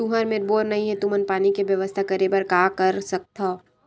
तुहर मेर बोर नइ हे तुमन पानी के बेवस्था करेबर का कर सकथव?